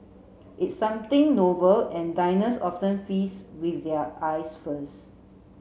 it's something novel and diners often feast with their eyes first